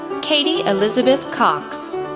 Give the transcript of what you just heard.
katie elizabeth cox,